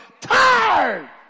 tired